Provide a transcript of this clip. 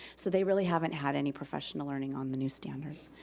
so they really haven't had any professional learning on the new standards.